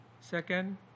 Second